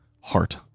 heart